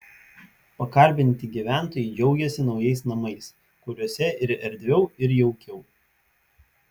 pakalbinti gyventojai džiaugėsi naujais namais kuriuose ir erdviau ir jaukiau